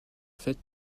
fait